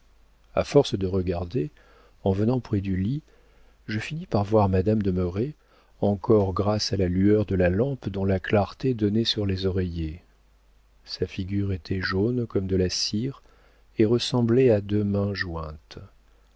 a force de regarder en venant près du lit je finis par voir madame de merret encore grâce à la lueur de la lampe dont la clarté donnait sur les oreillers sa figure était jaune comme de la cire et ressemblait à deux mains jointes